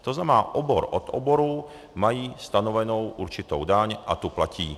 To znamená, obor od oboru mají stanovenou určitou daň a tu platí.